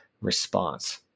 response